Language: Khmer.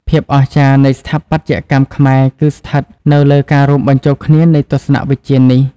ភាពអស្ចារ្យ នៃស្ថាបត្យកម្មខ្មែរគឺស្ថិតនៅលើការរួមបញ្ចូលគ្នានៃទស្សនវិជ្ជានេះ។